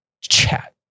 chat